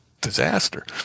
disaster